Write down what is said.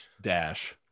Dash